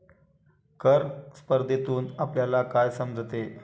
कर स्पर्धेतून आपल्याला काय समजते?